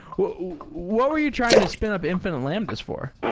what what were you trying to spin up infi nite lambdas for?